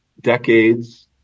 decades